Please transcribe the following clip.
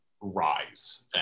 rise